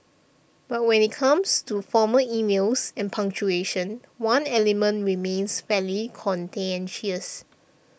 but when it comes to formal emails and punctuation one element remains fairly contentious